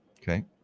Okay